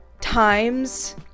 times